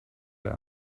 der